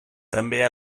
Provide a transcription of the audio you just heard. també